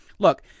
Look